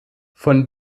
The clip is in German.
von